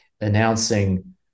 announcing